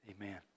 Amen